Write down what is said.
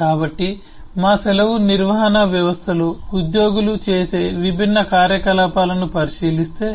కాబట్టి మా సెలవు నిర్వహణ వ్యవస్థలో ఉద్యోగులు చేసే విభిన్న కార్యకలాపాలను పరిశీలిస్తే